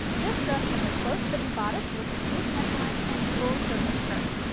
this dress has a close fitting bodice, with a scoop neck line and a full circle skirt.